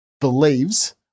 believes